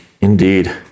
indeed